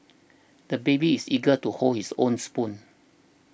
the baby is eager to hold his own spoon